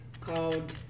called